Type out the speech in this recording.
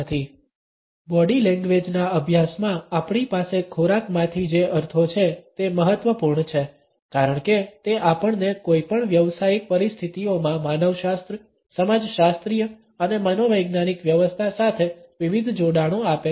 1030 body લેંગ્વેજના અભ્યાસમાં આપણી પાસે ખોરાકમાંથી જે અર્થો છે તે મહત્વપૂર્ણ છે કારણ કે તે આપણને કોઈપણ વ્યવસાયિક પરિસ્થિતિઓમાં માનવશાસ્ત્ર સમાજશાસ્ત્રીય અને મનોવૈજ્ઞાનિક વ્યવસ્થા સાથે વિવિધ જોડાણો આપે છે